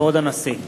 כבוד הנשיא!